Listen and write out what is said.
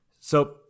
So-